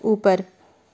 ऊपर